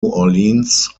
orleans